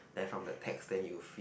then from the text then you feed